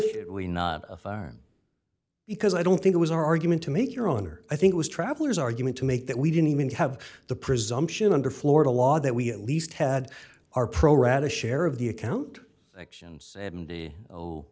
thing we not firing because i don't think it was our argument to make your own or i think it was traveller's argument to make that we didn't even have the presumption under florida law that we at least had our pro rata share of the account section seventy